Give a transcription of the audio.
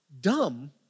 dumb